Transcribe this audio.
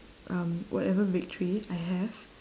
um whatever victory I have